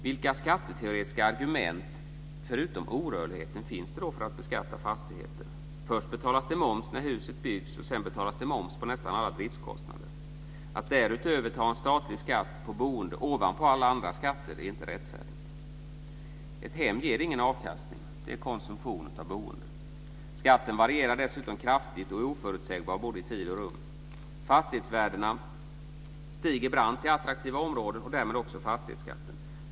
Vilka skatteteoretiska argument förutom orörligheten finns det för att beskatta fastigheterna? Först betalas det moms när huset byggs. Sedan betalas det moms på nästan alla driftskostnader. Att därutöver ta ut statlig skatt på boende ovanpå alla andra skatter är inte rättfärdigt. Ett hem ger ingen avkastning. Det är konsumtion av boende. Skatten varierar dessutom kraftigt och oförutsägbart både i tid och rum. Fastighetsvärdena stiger brant i attraktiva områden och därmed också fastighetsskatten.